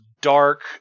dark